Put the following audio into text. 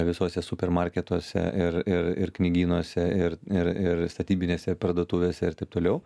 visuose supermarketuose ir ir ir knygynuose ir ir ir statybinėse parduotuvėse ir taip toliau